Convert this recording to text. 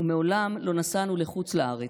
ומעולם לא נסענו לחוץ לארץ.